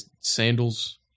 sandals